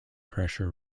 pressure